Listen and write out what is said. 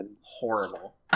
horrible